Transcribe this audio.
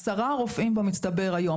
עשרה רופאים במצטבר היום.